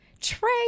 Trey